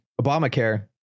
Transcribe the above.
Obamacare